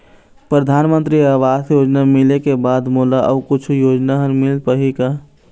परधानमंतरी आवास योजना मिले के बाद मोला अऊ कुछू योजना हर मिल पाही का?